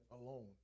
alone